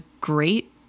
great